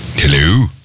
Hello